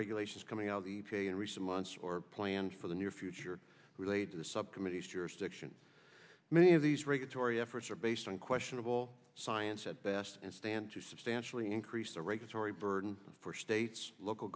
regulations coming out in recent months or planned for the near future relate to the subcommittee's jurisdiction many of these regulatory efforts are based on questionable science at best and stand to substantially increase the regulatory burden for states local